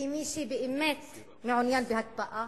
כי מי שבאמת מעוניין בהקפאה